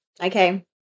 okay